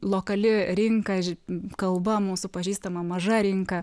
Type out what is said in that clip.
lokali rinka ži kalba mūsų pažįstama maža rinka